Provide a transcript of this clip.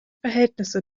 verhältnisse